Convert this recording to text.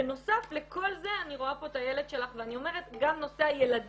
בנוסף לכל זה אני רואה פה את הילד שלך ואני אומרת שגם נושא הילדים